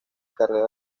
carrera